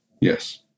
Yes